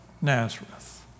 Nazareth